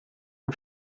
den